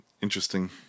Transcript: Interesting